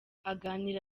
aganira